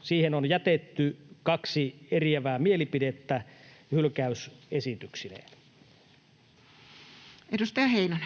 siihen on jätetty kaksi eriävää mielipidettä hylkäysesityksineen. [Speech